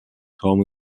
home